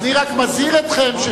אני רק מזהיר אתכם.